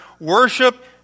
worship